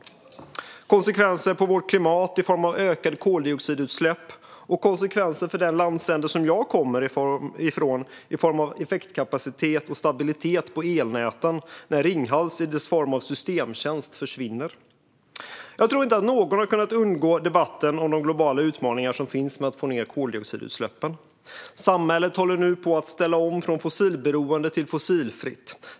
Det ger konsekvenser för vårt klimat i form av ökade koldioxidutsläpp och konsekvenser för den landsände som jag kommer från i form av effektkapacitet och stabilitet på elnäten när Ringhals i dess form av systemtjänst försvinner. Jag tror inte att någon har kunnat undgå debatten om de globala utmaningar som finns med att få ned koldioxidutsläppen. Samhället håller nu på att ställa om från fossilberoende till fossilfritt.